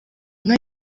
nka